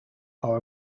are